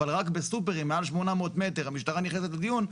אבל רק בסופרים מעל 800 מטר המשטרה נכנסת לדיון,